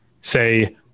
say